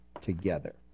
together